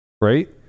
right